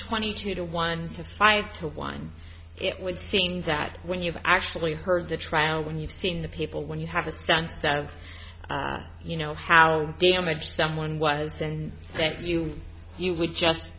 twenty two to one to five to one it would seem that when you've actually heard the trial when you've seen the people when you have a sense that you know how damaged someone was and that you you would just